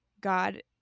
god